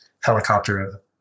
helicopter